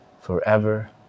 forever